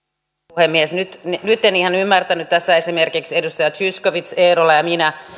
puhemies nyt en ihan ymmärtänyt tässä esimerkiksi edustajat zyskowicz eerola ja minä